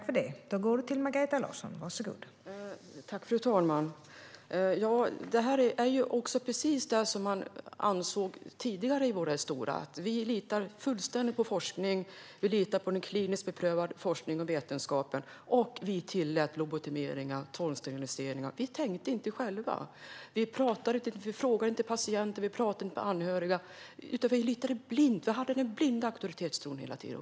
Fru talman! Det här är precis det som man tidigare ansåg var det stora problemet. Vi litar fullständigt på forskning. Vi litade på kliniskt beprövad forskning och vetenskap, och vi tillät lobotomeringar och tvångssteriliseringar. Vi tänkte inte själva. Vi frågade inte patienter och vi talade inte med anhöriga, utan vi hade en blind auktoritetstro hela tiden.